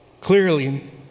Clearly